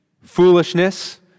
foolishness